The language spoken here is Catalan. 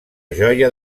joia